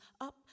up